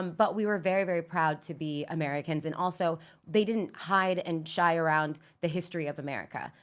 um but we were very very proud to be americans and also they didn't hide and shy around the history of america.